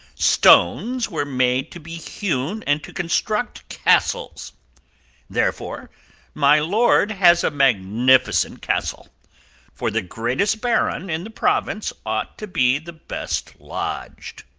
stones were made to be hewn, and to construct castles therefore my lord has a magnificent castle for the greatest baron in the province ought to be the best lodged.